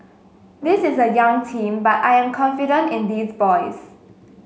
this is a young team but I am confident in these boys